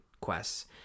quests